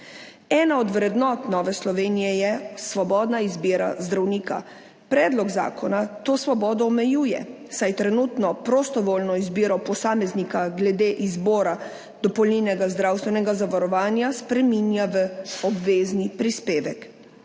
Ena od vrednot Nove Slovenije je svobodna izbira zdravnika. Predlog zakona to svobodo omejuje, saj trenutno prostovoljno izbiro posameznika glede izbora dopolnilnega zdravstvenega zavarovanja spreminja v obvezni prispevek.